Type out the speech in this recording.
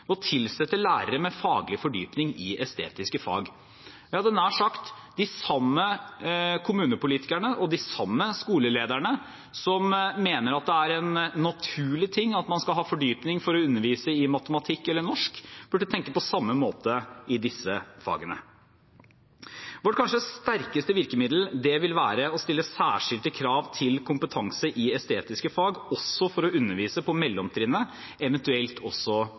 tilsette lærere med faglig fordypning i estetiske fag. Jeg hadde nær sagt: De samme kommunepolitikerne og de samme skolelederne som mener at det er en naturlig ting at man skal ha fordypning for å undervise i matematikk eller norsk, burde tenke på samme måte når det gjelder disse fagene. Vårt kanskje sterkeste virkemiddel vil være å stille særskilte krav til kompetanse i estetiske fag, også for å undervise på mellomtrinnet, eventuelt også